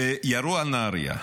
ירו על נהריה.